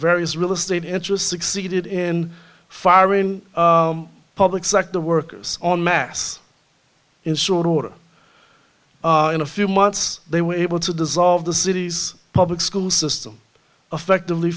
various rivers state interest succeeded in firing public sector workers on mass in short order in a few months they were able to dissolve the city's public school system affectively